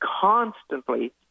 constantly